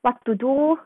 what to do